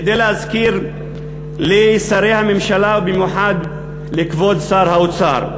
כדי להזכיר לשרי הממשלה ובמיוחד לכבוד שר האוצר.